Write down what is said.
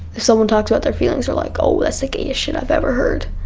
someone talks about their feelings, they're like, oh, that's the gayest shit i've ever heard.